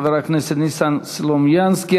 חבר הכנסת ניסן סלומינסקי.